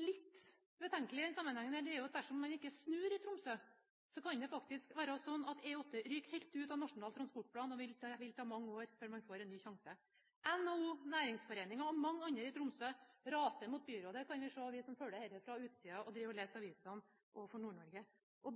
litt betenkelig i den sammenhengen, er jo at dersom man ikke snur i Tromsø, kan det faktisk være sånn at E8 ryker helt ut av Nasjonal transportplan, og det vil ta mange år før man får en ny sjanse. NHO, Næringsforeningen og mange andre i Tromsø raser mot byrådet. Det kan vi se, vi som følger dette fra utsiden og leser i avisene om Nord-Norge.